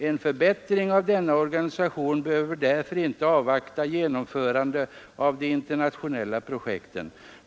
En förbättring av denna organisation behöver därför inte avvakta genomförande av de internationella projekten.